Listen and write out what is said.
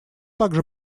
также